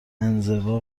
انزوا